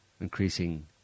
increasing